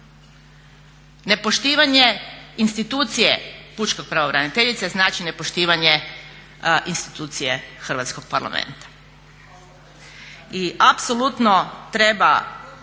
Nepoštivanje institucije pučke pravobraniteljice znači nepoštivanje institucije Hrvatskog parlamenta.